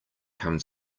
come